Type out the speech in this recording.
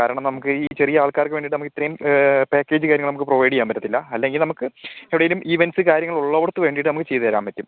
കാരണം നമുക്ക് ഈ ചെറിയ ആൾക്കാർക്ക് വേണ്ടിയിട്ട് നമുക്കിത്രയും പാക്കേജ് കാര്യങ്ങൾ നമുക്ക് പ്രൊവൈഡ് ചെയ്യാൻ പറ്റത്തില്ല അല്ലെങ്കിൽ നമുക്ക് എവിടെയെങ്കിലും ഈവെൻറ്റ്സ് കാര്യങ്ങൾ ഉള്ളവർക്ക് വേണ്ടിയിട്ട് നമുക്ക് ചെയ്ത് തരാൻ പറ്റും